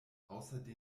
außerdem